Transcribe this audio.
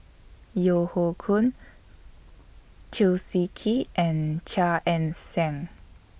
Yeo Hoe Koon Chew Swee Kee and Chia Ann Siang